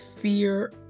fear